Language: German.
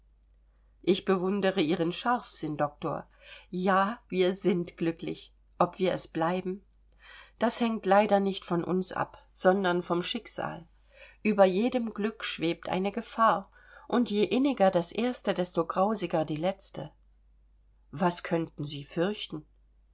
ich bewundere ihren scharfsinn doktor ja wir sind glücklich ob wir es bleiben das hängt leider nicht von uns ab sondern vom schicksal über jedem glück schwebt eine gefahr und je inniger das erste desto grausiger die letzte was können sie fürchten